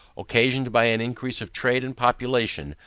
occasioned by an increase of trade and population,